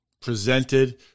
presented